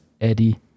Eddie